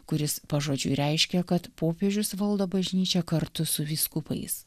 kuris pažodžiui reiškia kad popiežius valdo bažnyčią kartu su vyskupais